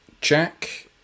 Jack